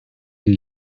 lieu